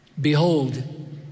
behold